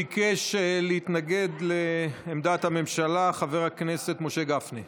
ביקש להתנגד לעמדת הממשלה חבר הכנסת משה גפני.